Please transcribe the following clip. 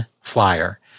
flyer